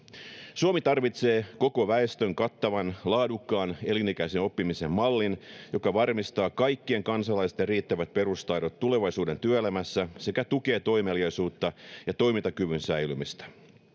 suomi tarvitsee koko väestön kattavan laadukkaan elinikäisen oppimisen mallin joka varmistaa kaikkien kansalaisten riittävät perustaidot tulevaisuuden työelämässä sekä tukee toimeliaisuutta ja toimintakyvyn säilymistä